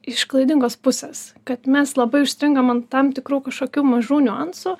iš klaidingos pusės kad mes labai užstringam ant tam tikrų kažkokių mažų niuansų